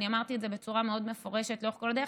אני אמרתי את זה בצורה מאוד מפורשת לאורך כל הדרך.